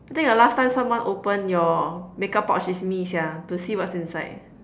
I think the last time someone open your make-up pouch is me Sia to see what's inside